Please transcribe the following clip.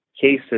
cases